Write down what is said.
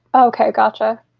okay. gotcha.